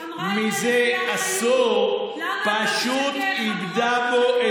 בתי המשפט לא מושבתים,